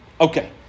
Okay